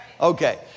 Okay